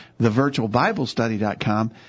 thevirtualbiblestudy.com